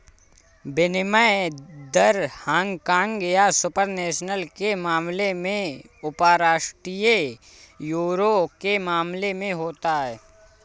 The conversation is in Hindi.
विनिमय दर हांगकांग या सुपर नेशनल के मामले में उपराष्ट्रीय यूरो के मामले में होता है